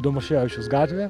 domaševičiaus gatvė